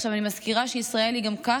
עכשיו, אני מזכירה שישראל היא גם ככה